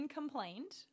complained